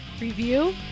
review